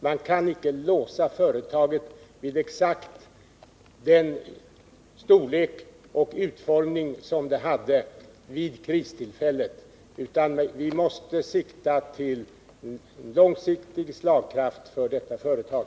Man kan icke låsa företaget vid exakt den storlek och utformning som det hade vid kristillfället, utan vi måste eftersträva långsiktig slagkraft för detta företag.